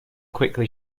quickly